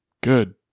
good